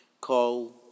Coal